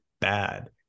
bad